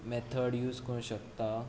method use करूंक शकता